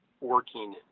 working